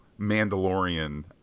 Mandalorian